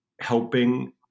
helping